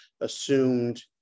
assumed